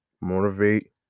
motivate